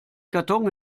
karton